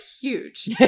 huge